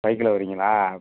சைக்கிளில் வர்றீங்களா